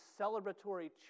celebratory